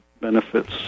benefits